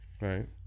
Right